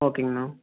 ஓகேங்கண்ணா